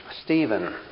Stephen